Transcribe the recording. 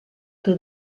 que